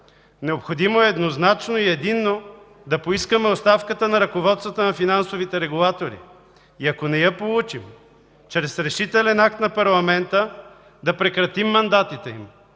Необходимо е еднозначно и единно да поискаме оставката на ръководствата на финансовите регулатори и ако не я получим, чрез решителен акт на парламента да прекратим мандатите им